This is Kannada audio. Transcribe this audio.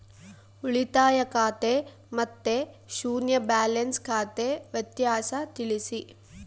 ಉಳಿತಾಯ ಖಾತೆ ಮತ್ತೆ ಶೂನ್ಯ ಬ್ಯಾಲೆನ್ಸ್ ಖಾತೆ ವ್ಯತ್ಯಾಸ ತಿಳಿಸಿ?